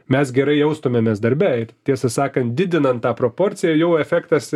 mes gerai jaustumėmės darbe ir tiesą sakant didinant tą proporciją jau efektas